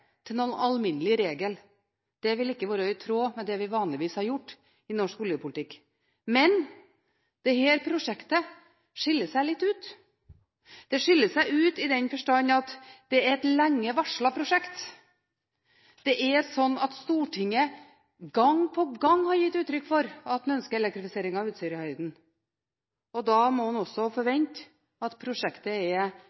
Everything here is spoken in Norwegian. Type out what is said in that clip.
til noen alminnelig regel – det ville ikke være i tråd med det vi vanligvis har gjort i norsk oljepolitikk – men dette prosjektet skiller seg litt ut. Det skiller seg ut i den forstand at det er et lenge varslet prosjekt. Stortinget har gang på gang gitt uttrykk for at en ønsker elektrifisering av Utsirahøyden, og da må en også